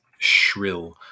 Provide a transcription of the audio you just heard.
shrill